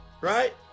right